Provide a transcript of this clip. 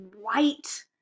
white